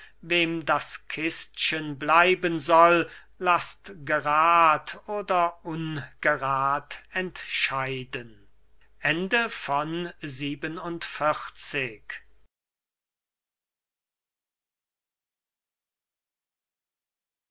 wem das kistchen bleiben soll laßt gerad oder ungerad entscheiden